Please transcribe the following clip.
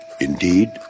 Indeed